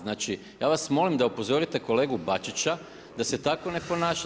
Znači ja vas molim da upozorite kolegu Bačića da se tako ne ponaša.